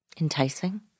Enticing